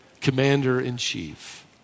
commander-in-chief